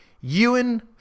Ewan